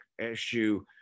issue